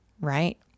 right